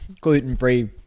gluten-free